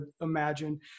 imagine